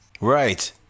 Right